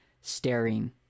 staring